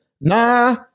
Nah